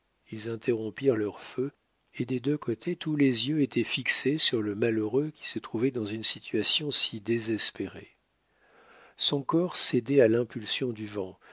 ils interrompirent leur feu et des deux côtés tous les yeux étaient fixés sur le malheureux qui se trouvait dans une situation si désespérée son corps cédait à l'impulsion du vent